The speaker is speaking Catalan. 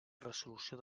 resolució